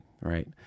right